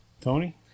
Tony